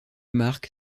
marque